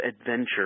Adventure